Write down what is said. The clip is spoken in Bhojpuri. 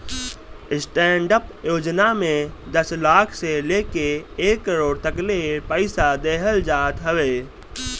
स्टैंडडप योजना में दस लाख से लेके एक करोड़ तकले पईसा देहल जात हवे